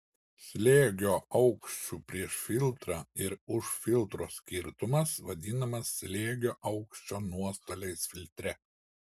slėgio aukščių prieš filtrą ir už filtro skirtumas vadinamas slėgio aukščio nuostoliais filtre